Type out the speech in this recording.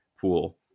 pool